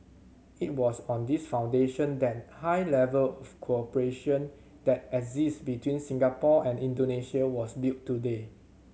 it was on this foundation that high level of cooperation that exist between Singapore and Indonesia was built today